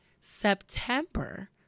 September